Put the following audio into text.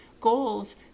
goals